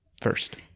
First